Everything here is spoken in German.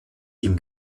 ihm